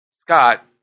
Scott